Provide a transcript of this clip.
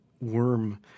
worm